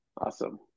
Awesome